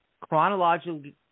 chronologically